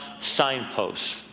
signposts